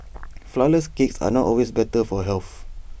Flourless Cakes are not always better for health